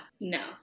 no